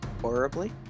Horribly